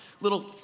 little